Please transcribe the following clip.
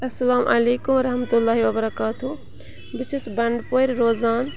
اسلام علیکُم ورحمتہ اللہ وبرکاتہ بہٕ چھَس بنڈپورِ روزان